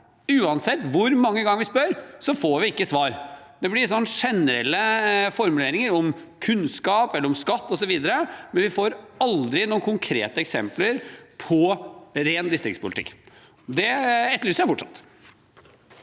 Uansett hvor mange ganger vi spør, får vi ikke svar. Det blir noen generelle formuleringer om kunnskap, om skatt osv., men vi får aldri noen konkrete eksempler på ren distriktspolitikk. Det etterlyser jeg fortsatt.